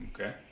okay